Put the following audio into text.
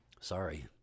Sorry